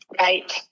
Right